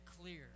clear